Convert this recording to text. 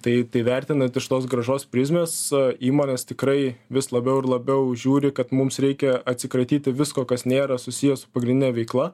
tai tai vertinant iš tos grąžos prizmės įmonės tikrai vis labiau ir labiau žiūri kad mums reikia atsikratyti visko kas nėra susiję su pagrindine veikla